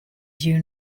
you